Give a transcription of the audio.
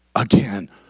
again